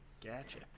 Gotcha